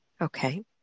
okay